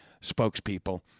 spokespeople